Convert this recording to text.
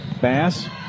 Bass